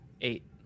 Eight